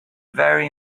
very